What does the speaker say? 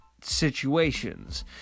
situations